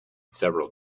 several